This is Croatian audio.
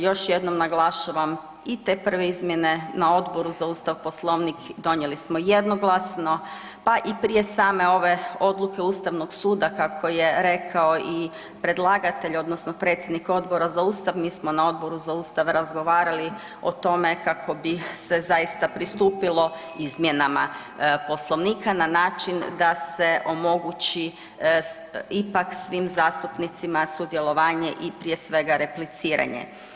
Još jednom naglašavam i te prve izmjene na Odboru za Ustav, Poslovnik donijeli smo jednoglasno pa i prije same ove odluke Ustavnog suda kako je rekao i predlagatelj odnosno predsjednik Odbora za Ustav, mi smo na Odboru za Ustav razgovarali o tome kako bi se zaista pristupilo izmjenama Poslovnika na način da se omogući ipak svim zastupnicima sudjelovanje i prije svega repliciranje.